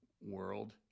world